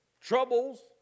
Troubles